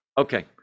Okay